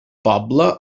poble